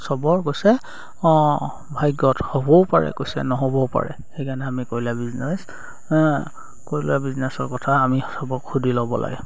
চবৰ কৈছে ভাগ্যত হ'বও পাৰে কৈছে নহ'বও পাৰে সেইকাৰণে আমি কয়লা বিজনেছ কয়লা বিজনেছৰ কথা আমি সবক সুধি ল'ব লাগে